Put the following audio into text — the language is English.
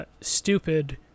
stupid